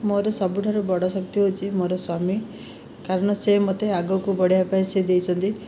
ମୋ'ର ସବୁଠାରୁ ବଡ଼ ଶକ୍ତି ହେଉଛି ମୋର ସ୍ଵାମୀ କାରଣ ସେ ମୋତେ ଆଗକୁ ବଢ଼ିବା ପାଇଁ ସେ ଦେଇଛନ୍ତି